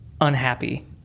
unhappy